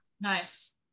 Nice